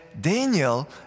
Daniel